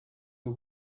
are